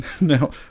Now